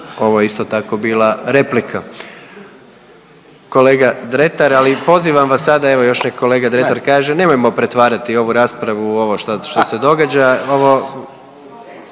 ovo je isto tako bila replika. Kolega Dretar, ali pozivam vas sada, evo još neka kolega Dretar kaže nemojmo pretvarati ovu raspravu u ovo što se događa,